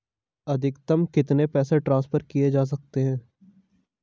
अधिकतम कितने पैसे ट्रांसफर किये जा सकते हैं?